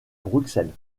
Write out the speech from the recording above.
bruxelles